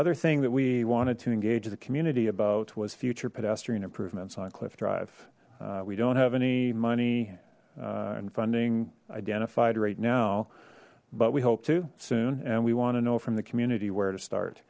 other thing that we wanted to engage the community about was future pedestrian improvements on cliff drive we don't have any money and funding identified right now but we hope to soon and we want to know from the community where to start